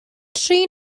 tri